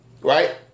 Right